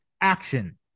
action